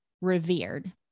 revered